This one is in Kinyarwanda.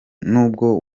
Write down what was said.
nubwo